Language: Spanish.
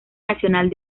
nacional